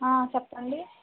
చెప్పండి